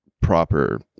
Proper